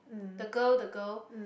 the girl the girl